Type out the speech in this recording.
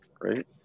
right